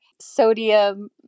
sodium